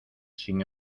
sin